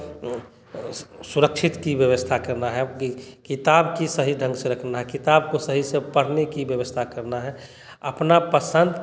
सुरक्षित की व्यवस्था करना है अब कि किताब की सही ढंग से रखना है किताब को सही से पढ़ने की व्यवस्था करना है अपना पसंद